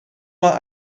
mae